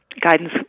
guidance